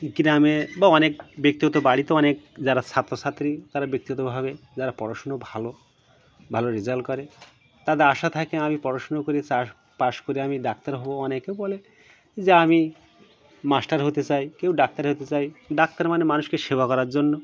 গ্রামে বা অনেক ব্যক্তিগত বাড়িতে অনেক যারা ছাত্রছাত্রী তারা ব্যক্তিগত ভাবে যারা পড়াশুনো ভালো ভালো রেজাল্ট করে তাদের আশা থাকে আমি পড়াশুনো করি চাষ পাশ করে আমি ডাক্তার হব অনেকে বলে যে আমি মাস্টার হতে চাই কেউ ডাক্তার হতে চায় ডাক্তার মানে মানুষকে সেবা করার জন্য